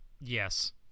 Yes